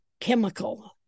Chemical